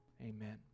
Amen